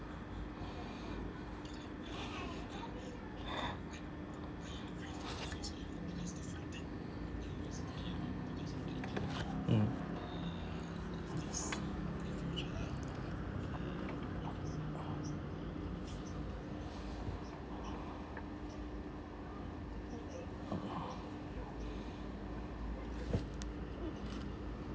mm